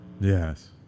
Yes